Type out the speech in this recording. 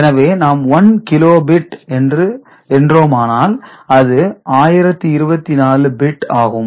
எனவே நாம் 1 kilo bit என்றோமானால் அது 1024 பிட் ஆகும்